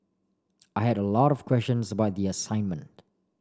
I had a lot of questions about the assignment